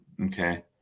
Okay